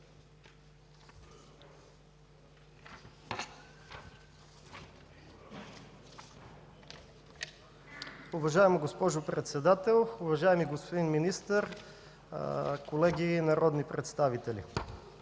Уважаема госпожо Председател, уважаеми господин Министър, колеги народни представители!